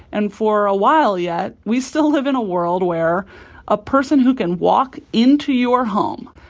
and for a while yet, we still live in a world where a person who can walk into your home,